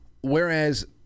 whereas